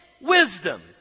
wisdom